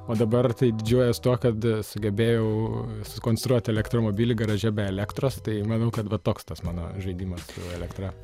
o dabar tai didžiuojuos tuo kad sugebėjau sukonstruoti elektromobilį garaže be elektros tai manau kad va toks tas mano žaidimas su elektra